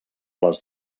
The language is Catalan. les